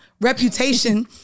reputation